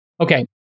Okay